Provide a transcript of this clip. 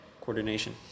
coordination